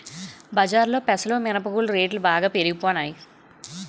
బజారులో పెసలు మినప గుళ్ళు రేట్లు బాగా పెరిగిపోనాయి